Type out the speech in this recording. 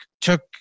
took